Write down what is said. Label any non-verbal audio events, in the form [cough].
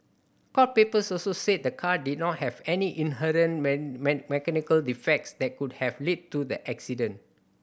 court papers also said the car did not have any inherent [unintelligible] mechanical defects that could have led to the accident